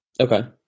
Okay